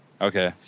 Okay